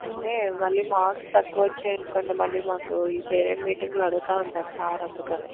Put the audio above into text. అంటే మళ్ళీ మార్క్స్ తక్కువ వచ్చాయి అనుకోండి మళ్ళీ మాకు ఈ పేరెంట్ మీటింగ్లో అడుగుతా ఉంటారు సార్ అందుకని